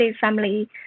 family